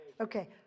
Okay